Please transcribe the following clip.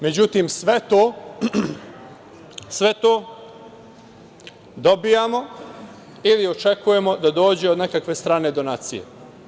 Međutim, sve to dobijamo ili očekujemo da dođe od nekakve strane donacije.